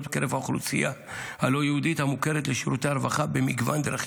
בקרב האוכלוסייה הלא-יהודית המוכרת לשירותי הרווחה במגוון דרכים.